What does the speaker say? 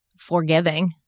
forgiving